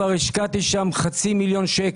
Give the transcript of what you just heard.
כבר השקעתי שם כחצי מיליון ₪.